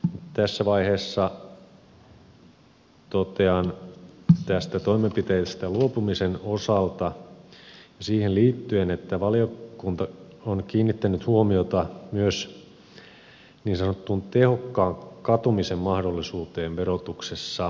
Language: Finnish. tässä vaiheessa totean toimenpiteistä luopumisen osalta ja siihen liittyen että valiokunta on kiinnittänyt huomiota myös niin sanottuun tehokkaan katumisen mahdollisuuteen verotuksessa